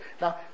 Now